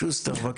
שוסטר בבקשה.